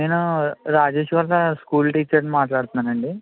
నేను రాజేష్ వాళ్ళ school teacher మాట్లాడాడుతున్నాను అండి